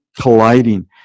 colliding